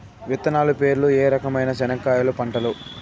విత్తనాలు పేర్లు ఏ రకమైన చెనక్కాయలు పంటలు?